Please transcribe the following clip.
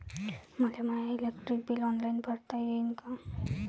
मले my electric bill online भरता येईन का?